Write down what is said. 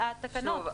שוב,